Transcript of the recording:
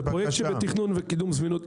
זה פרויקט שנמצא בתכנון וקידום זמינות.